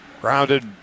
Grounded